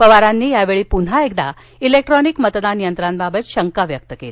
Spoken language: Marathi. पवारांनी यावेळी पुन्हा एकदा इलेक्ट्रॉनिक मतदान यंत्रांबाबंत शंका व्यक्त केली